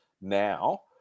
now